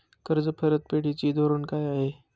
कर्ज परतफेडीचे धोरण काय आहे?